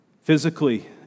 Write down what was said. physically